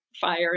fire